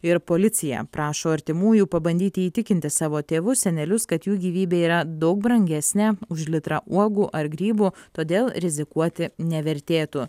ir policija prašo artimųjų pabandyti įtikinti savo tėvus senelius kad jų gyvybė yra daug brangesnė už litrą uogų ar grybų todėl rizikuoti nevertėtų